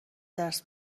درس